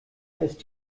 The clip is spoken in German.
ist